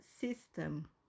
system